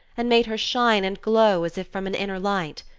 and made her shine and glow as if from an inner light.